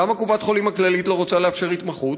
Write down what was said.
למה קופת-חולים "כללית" לא רוצה לאפשר התמחות?